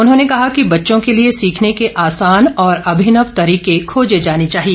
उन्होंने कहा कि बच्चों के लिए सीखने के आसान और अभिनव तरीके खोजे जाने चाहिए